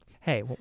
Hey